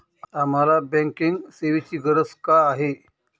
आम्हाला बँकिंग सेवेची गरज का आहे?